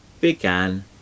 began